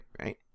right